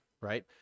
right